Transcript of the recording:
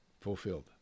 fulfilled